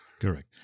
Correct